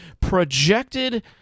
projected